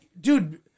Dude